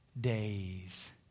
days